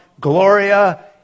Gloria